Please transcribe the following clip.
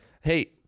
Hey